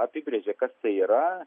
apibrėžia kas tai yra